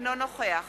אינו נוכח